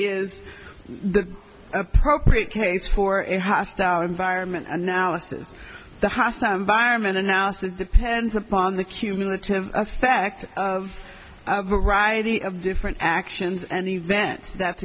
is the appropriate case for a hostile environment analysis the hostile environment in houses depends upon the cumulative effect of a variety of different actions and events that's